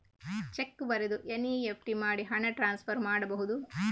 Check ಬರೆದು NEFT ಮಾಡಿ ಹಣ ಟ್ರಾನ್ಸ್ಫರ್ ಮಾಡಬಹುದು?